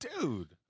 Dude